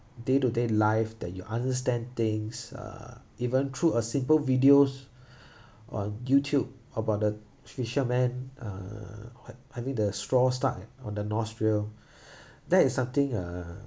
day to day life that you understand things uh even through a simple videos on YouTube about the fisherman uh I I mean the straw stuck at on the nostril that is something uh